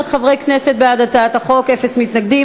51 חברי כנסת בעד הצעת החוק, אפס מתנגדים.